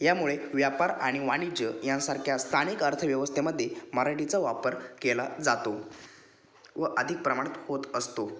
यामुळे व्यापार आणि वाणिज्य यासारख्या स्थानिक अर्थव्यवस्थेमध्ये मराठीचा वापर केला जातो व अधिक प्रमाणात होत असतो